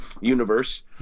universe